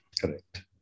Correct